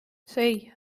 sei